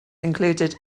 included